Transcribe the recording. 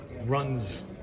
runs